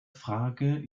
frage